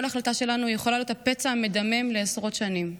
החלטה שלנו יכולה להיות הפצע המדמם לעשרות שנים.